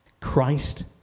Christ